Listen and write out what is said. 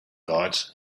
guards